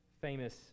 famous